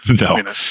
no